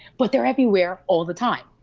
but they're everywhere all the time.